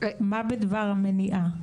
מה בדבר המניעה.